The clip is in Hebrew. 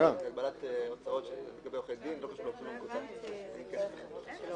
אין קשר בין הסעיפים.